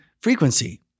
frequency